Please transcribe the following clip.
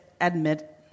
admit